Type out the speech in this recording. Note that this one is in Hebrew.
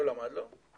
לא למד לא.